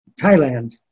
Thailand